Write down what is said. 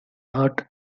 not